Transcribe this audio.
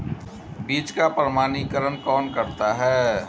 बीज का प्रमाणीकरण कौन करता है?